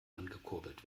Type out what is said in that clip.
angekurbelt